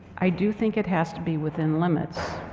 i do think it has to be within limits.